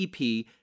EP